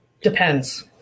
Depends